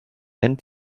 end